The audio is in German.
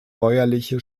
bäuerliche